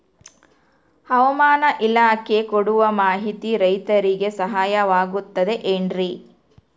ಹವಮಾನ ಇಲಾಖೆ ಕೊಡುವ ಮಾಹಿತಿ ರೈತರಿಗೆ ಸಹಾಯವಾಗುತ್ತದೆ ಏನ್ರಿ?